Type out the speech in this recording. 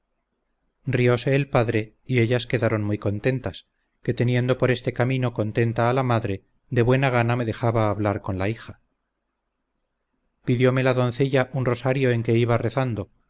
argel riose el padre y ellas quedaron muy contentas que teniendo por este camino contenta a la madre de buena gana me dejaba hablar con la hija pidiome la doncella un rosario en que iba rezando